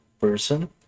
person